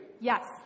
Yes